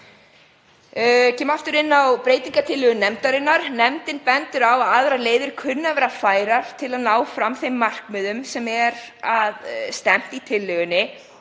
þá aftur inn á breytingartillögu nefndarinnar. Nefndin bendir á að aðrar leiðir kunni að vera færar til að ná fram þeim markmiðum sem að er stefnt í tillögunni